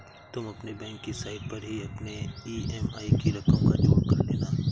तुम अपने बैंक की साइट पर ही अपने ई.एम.आई की रकम का जोड़ कर लेना